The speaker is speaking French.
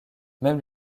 même